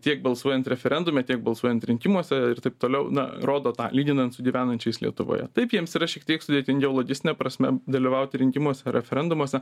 tiek balsuojant referendume tiek balsuojant rinkimuose ir taip toliau na rodo tą lyginant su gyvenančiais lietuvoje taip jiems yra šiek tiek sudėtingiau logistine prasme dalyvauti rinkimuose ir referendumuose